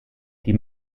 die